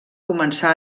començà